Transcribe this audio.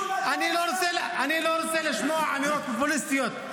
--- התנועה האסלאמית --- אני לא רוצה לשמוע אמירות פופוליסטיות.